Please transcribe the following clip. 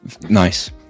nice